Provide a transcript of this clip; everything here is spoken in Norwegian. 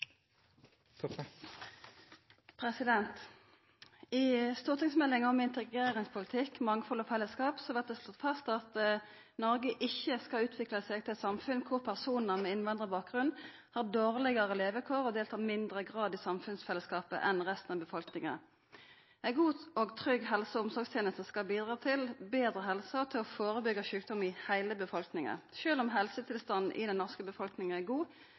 regjering. I stortingsmeldinga «En helhetlig integreringspolitikk – Mangfold og fellesskap» blir det slått fast at Noreg ikkje skal utvikla seg til eit samfunn kor personar med innvandrarbakgrunn har dårlegare levekår og i mindre grad deltar i samfunnsfellesskapet enn resten av befolkninga. Ei god og trygg helse- og omsorgsteneste skal bidra til betre helse og til å førebyggja sjukdom i heile befolkninga. Sjølv om helsetilstanden i den norske befolkninga er god,